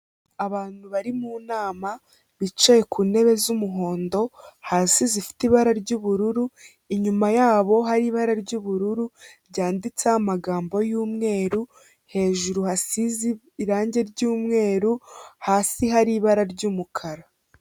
Abantu bari mu nama bicaye ku ntebe z'umuhondo hasi zifite ibara ry'ubururu inyuma yabo hari ibara ry'ubururu ryanditseho amagambo y'umweru hejuru hasize irangi ry'umweru hasi hari ibara ry'umukara.